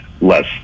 less